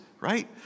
right